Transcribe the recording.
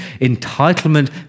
entitlement